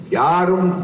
yarum